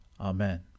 Amen